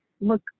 look